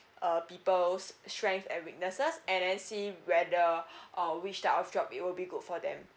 uh people's strength and weaknesses and then see whether uh which type of job it will be good for them